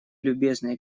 любезный